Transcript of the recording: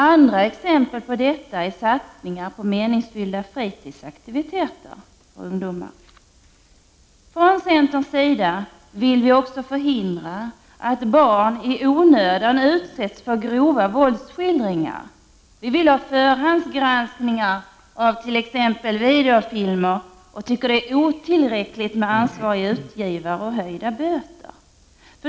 Andra exempel på detta är satsningar på meningsfulla fritidsaktiviteter för ungdomar: Vi vill från centerns sida också förhindra att barn i onödan utsätts för grova våldsskildringar. Vi vill ha förhandsgranskningar av t.ex. videofilmer, och vi tycker att det är otillräckligt med en ansvarig utgivare och höjda böter.